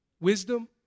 wisdom